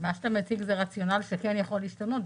מה שאתה מציג זה רציונל שכן יכול להשתנות,